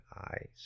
eyes